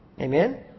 Amen